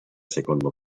secondo